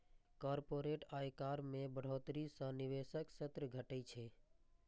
corporate आयकर मे बढ़ोतरी सं निवेशक स्तर घटै छै